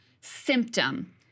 symptom